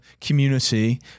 community